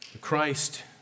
Christ